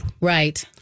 Right